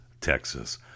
Texas